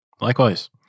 Likewise